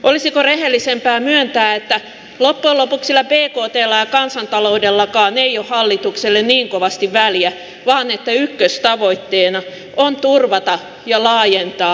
olisiko rehellisempää myöntää että loppujen lopuksi sillä bktllä ja kansantaloudellakaan ei ole hallitukselle niin kovasti väliä vaan että ykköstavoitteena on turvata ja laajentaa eliitin etuoikeuksia